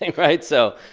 right? so.